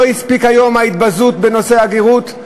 לא הספיקה היום ההתבזות בנושא הגרות?